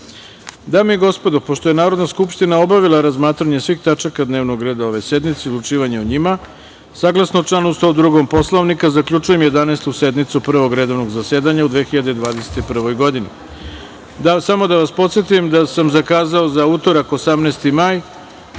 i gospodo, pošto je Narodna skupština obavila razmatranje svih tačaka dnevnog reda ove sednice i odlučivanje o njima, saglasno članu 102. Poslovnika, zaključujem Jedanaestu sednicu Prvog redovnog zasedanja u 2021. godini. Samo da vas podsetim da sam zakazao za utorak, 18. maj,1